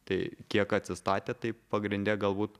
tai kiek atsistatė tai pagrinde galbūt